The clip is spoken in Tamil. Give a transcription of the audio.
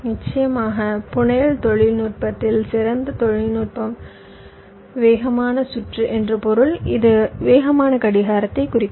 நிச்சயமாக புனையல் தொழில்நுட்பத்தில் சிறந்த தொழில்நுட்பம் வேகமான சுற்று என்று பொருள் இது வேகமான கடிகாரத்தை குறிக்கும்